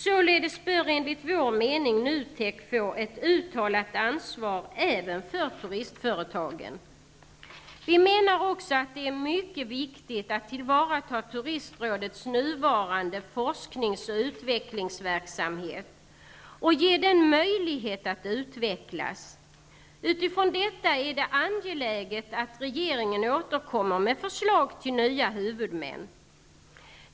Således bör enligt vår mening NUTEK få ett uttalat ansvar även för turistföretagen. Vi menar också att det är mycket viktigt att tillvarata Turistrådets nuvarande forsknings och utvecklingsverksamhet och ge den möjlighet att utvecklas. Utifrån detta är det angeläget att regeringen återkommer med förslag till nya huvudmän.